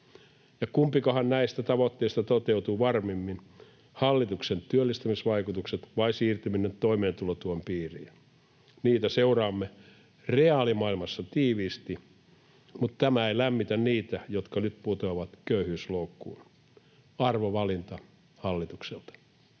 kumpikohan näistä tavoitteista toteutuu varmemmin: hallituksen työllistämisvaikutukset vai siirtyminen toimeentulotuen piiriin? Niitä seuraamme reaalimaailmassa tiiviisti, mutta tämä ei lämmitä niitä, jotka nyt putoavat köyhyysloukkuun — arvovalinta hallitukselta.